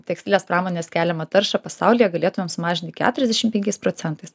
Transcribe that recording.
tekstilės pramonės keliamą taršą pasaulyje galėtumėm sumažinti keturiasdešim penkiais procentais